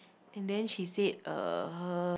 and then she said uh